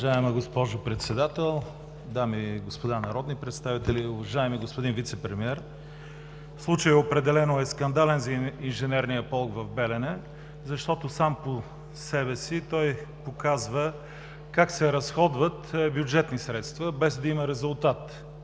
Уважаема госпожо Председател, дами и господа народни представители, уважаеми господин Вицепремиер! Случаят определено е скандален за инженерния полк в Белене, защото сам по себе си той показва как се разходват бюджетни средства без да има резултат.